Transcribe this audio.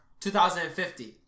2050